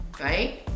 right